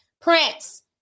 Prince